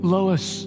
Lois